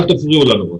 אל תפריעו לנו.